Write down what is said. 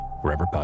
wherever